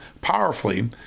powerfully